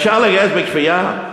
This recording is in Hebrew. אפשר לגייס בכפייה?